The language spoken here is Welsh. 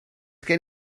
gen